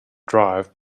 drive